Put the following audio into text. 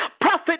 prophet